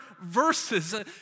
verses